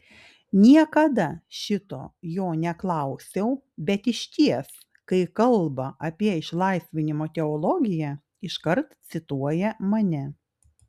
niekada šito jo neklausiau bet išties kai kalba apie išlaisvinimo teologiją iškart cituoja mane